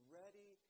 ready